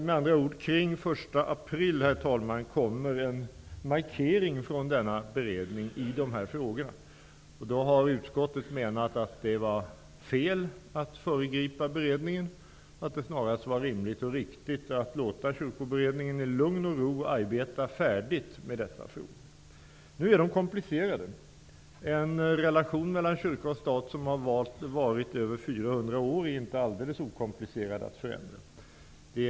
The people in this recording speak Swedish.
Med andra ord omkring den 1 april kommer en markering från denna beredning i dessa frågor. Utskottet har ansett det vara fel att föregripa kyrkoberedningen och att det snarast vore rimligt och riktigt att låta beredningen i lugn och ro arbeta färdigt med dessa frågor. Frågorna är komplicerade. En relation mellan kyrka och stat som har existerat i över 400 år är det inte alldeles okomplicerat att förändra.